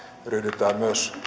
ryhdytään